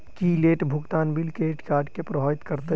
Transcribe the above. की late भुगतान bill credit केँ प्रभावित करतै?